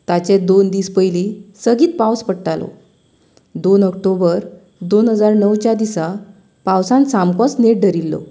ताचे दोन दीस पयली सेगीत पावस पडटालो दोन ऑक्टोबर दोन हजार णवाच्या दिसांत पावसान सामकोच नेट धरिल्लो